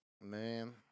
Man